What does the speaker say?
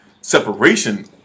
separation